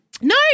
No